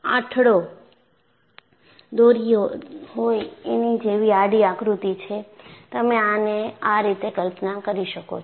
આઠડો દોરીઓ હોય એની જેવી આડી આકૃતિ છે તમે આને આ રીતે કલ્પના કરી શકો છો